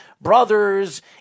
brothers